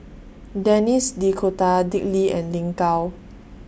Denis D'Cotta Dick Lee and Lin Gao